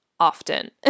often